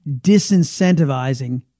disincentivizing